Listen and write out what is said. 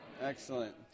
Excellent